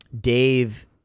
Dave